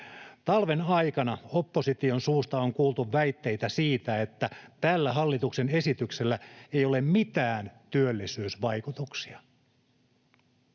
Talven aikana opposition suusta on kuultu väitteitä siitä, että tällä hallituksen esityksellä ei ole mitään työllisyysvaikutuksia.